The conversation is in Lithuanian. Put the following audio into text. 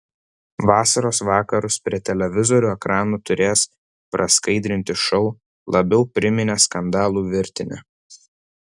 vasaros vakarus prie televizorių ekranų turėjęs praskaidrinti šou labiau priminė skandalų virtinę